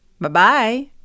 Bye-bye